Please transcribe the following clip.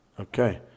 Okay